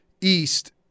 East